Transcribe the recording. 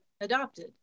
adopted